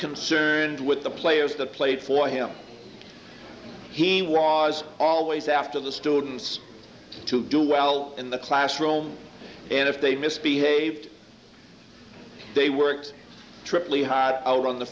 concerned with the players that played for him he was always after the students to do well in the classroom and if they misbehaved they works triply hired out on the